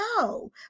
No